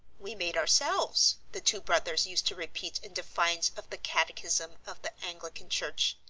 we made ourselves, the two brothers used to repeat in defiance of the catechism of the anglican church.